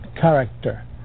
character